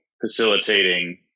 facilitating